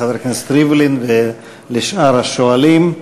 לחבר הכנסת ריבלין ולשאר השואלים.